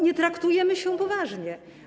Nie traktujemy się poważnie.